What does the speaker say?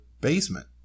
basement